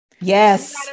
Yes